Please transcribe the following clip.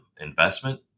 investment